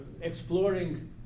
exploring